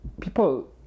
people